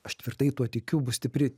aš tvirtai tuo tikiu bus stipri